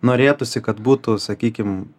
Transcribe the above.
norėtųsi kad būtų sakykim